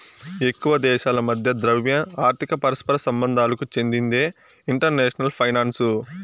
ఎక్కువ దేశాల మధ్య ద్రవ్య, ఆర్థిక పరస్పర సంబంధాలకు చెందిందే ఇంటర్నేషనల్ ఫైనాన్సు